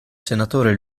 senatore